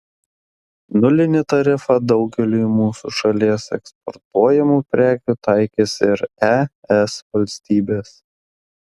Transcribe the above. nulinį tarifą daugeliui mūsų šalies eksportuojamų prekių taikys ir es valstybės